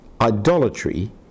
idolatry